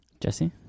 Jesse